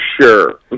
sure